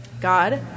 God